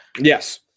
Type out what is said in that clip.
Yes